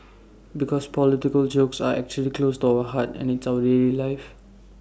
because political jokes are actually close to our heart and it's our daily life